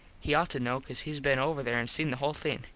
he ought to know cause hes been over there an seen the whole thing.